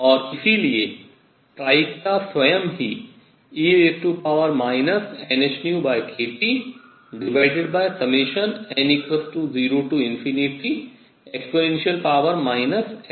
और इसलिए प्रायिकता स्वयं ही e nhνkTn0e nhνkT होने वाली है